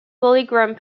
polygram